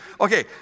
Okay